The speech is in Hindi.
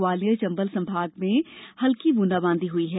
ग्वालियर चंबल संभाग में हल्कि बूंदाबांदी हुई है